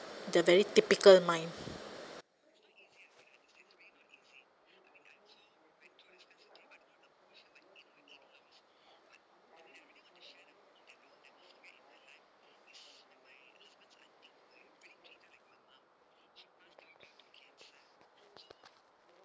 the very typical mind